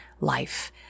life